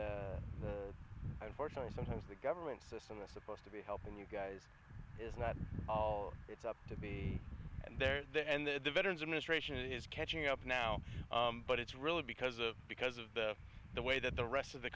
unfortunately sometimes the government system is supposed to be helping you guys it's not all it's up to be there and that the veterans administration is catching up now but it's really because of because of the way that the rest of the